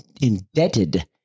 indebted